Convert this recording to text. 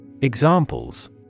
Examples